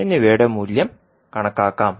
എന്നിവയുടെ മൂല്യം കണക്കാക്കാം